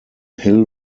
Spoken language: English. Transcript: hill